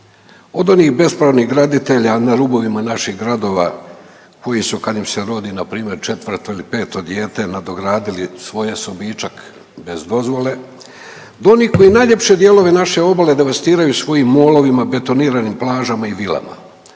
od onih bespravnih graditelja na rubovima naših gradova koji su kad im se rodi npr. četvrto ili peto dijete nadogradili svoj sobičak bez dozvole do onih koji najljepše dijelove naše obale devastiraju svojim molovima betoniranim plažama i vilama.